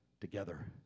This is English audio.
together